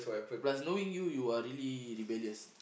plus knowing you you are really rebellious